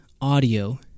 audio